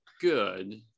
good